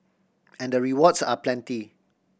and the rewards are plenty